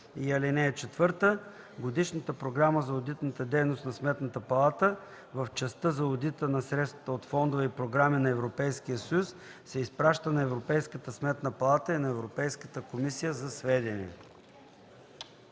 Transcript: или изменение. (4) Годишната програма за одитната дейност на Сметната палата в частта за одита на средства от фондове и програми на Европейския съюз се изпраща на Европейската сметна палата и на Европейската комисия за сведение.”